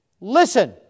Listen